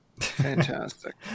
fantastic